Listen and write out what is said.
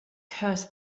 curse